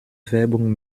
werbung